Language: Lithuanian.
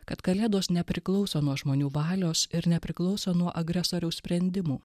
kad kalėdos nepriklauso nuo žmonių valios ir nepriklauso nuo agresoriaus sprendimų